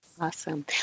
Awesome